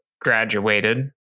graduated